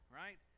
right